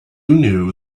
knew